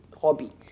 hobby